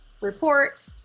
report